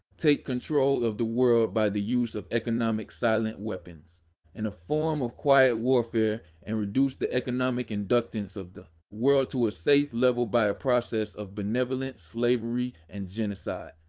take control of the world by the use of economic silent weapons in a form of quiet warfare and reduce the economic inductance of the world to a safe level by a process of benevolent slavery and genocide.